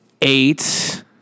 Eight